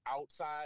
outside